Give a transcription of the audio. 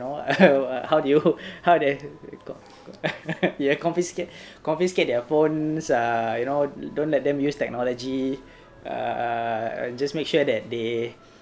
you know how do you how do you confiscate confiscate their phones uh you know don't let them use technology err just make sure that they